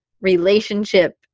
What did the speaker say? relationship